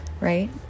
right